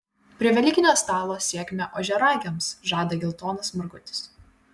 prie velykinio stalo sėkmę ožiaragiams žada geltonas margutis